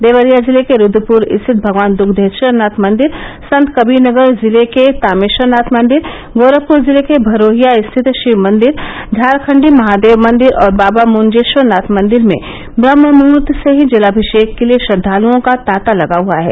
देवरिया जिले के रूदपुर स्थित भगवान दुग्धेश्वरनाथ मंदिर संत कबीर नगर जिले के तामेश्वरनाथ मंदिर गोरखपुर जिले के भरोहिया स्थित शिवमंदिर झारखण्डी महादेव मंदिर और बाबा मुंजेश्वरनाथ मंदिर में ब्रम्हमुहूर्त से ही जलाभि ीक के लिए श्रद्धांलुओं का तांता लगा हुआ है